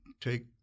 take